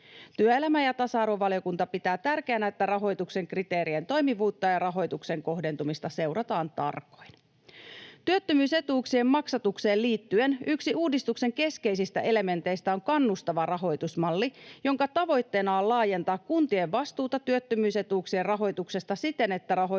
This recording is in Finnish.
Työelämä- ja tasa-arvovaliokunta pitää tärkeänä, että rahoituksen kriteerien toimivuutta ja rahoituksen kohdentumista seurataan tarkoin. Työttömyysetuuksien maksatukseen liittyen yksi uudistuksen keskeisistä elementeistä on kannustavaa rahoitusmalli, jonka tavoitteena on laajentaa kuntien vastuuta työttömyys-etuuksien rahoituksesta siten, että rahoitusvastuu